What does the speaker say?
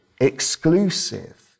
exclusive